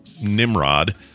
nimrod